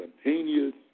spontaneous